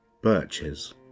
Birches